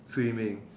swimming